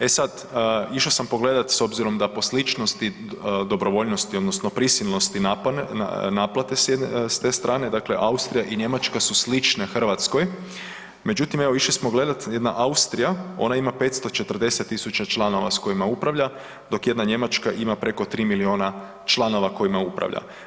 E sad išao sam pogledati s obzirom da po sličnosti, dobrovoljnosti odnosno prisilnosti naplate s te strane, dakle Austrija i Njemačka su slične Hrvatskoj, međutim evo išli smo gledati jedna Austrija ona ima 540.000 članova s kojima upravlja, dok jedna Njemačka ima preko 3 miliona članova kojima upravlja.